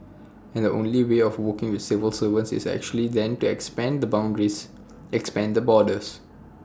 and the only way of working with civil servants is actually then to expand the boundaries expand the borders